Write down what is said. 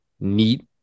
neat